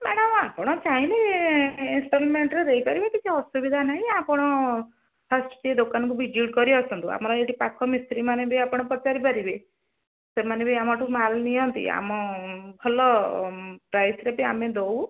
madam ଆପଣ ଚାହିଁଲେ ଇନ୍ଷ୍ଟଲମେଣ୍ଟରେ ଦେଇପାରିବେ କିଛି ଅସୁବିଧା ନାହିଁ ଆପଣ ଫାଷ୍ଟ ଦୋକାନକୁ ଭିଜିଟ୍ କରି ଆସନ୍ତୁ ଆମର ଏଇଠି ପାଖ ମିିସ୍ତ୍ରୀ ମାନେେ ବି ଆପଣ ପଚାରିପାରିବେ ସେମାନେ ବି ଆମଠୁ ମାଲ୍ ନିଅନ୍ତି ଆମ ଭଲ ପ୍ରାଇସ୍ରେ ବି ଆମେ ଦେଉ